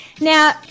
Now